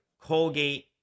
Colgate